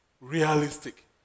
realistic